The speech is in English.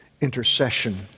intercession